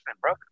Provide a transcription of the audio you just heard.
bro